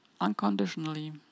unconditionally